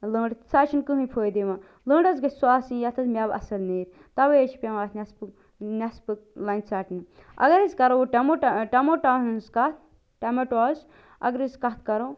لٔنٛڈ سۄ حظ چھُنہٕ کٕہٲنۍ فٲیدٕ یِوان لٔنٛڈ حظ گَژھہِ سۄ آسٕنۍ یَتھ حظ میٚوٕ اصٕل نیرِ تؤے حظ چھِ پیٚوان اَتھ نیٚصفہٕ نیٚصفہٕ لنٛجِہٕ ژٹنہِ اگر أسۍ کَرو ٹموٹا ٲں ٹموٹاہَن ہنٛز کَتھ ٹوٚمیٹو حظ اگر أسۍ کَتھ کَرو